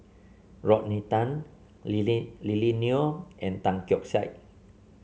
Rodney Tan Lily Lily Neo and Tan Keong Saik